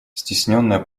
cтесненное